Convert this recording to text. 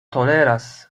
toleras